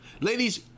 Ladies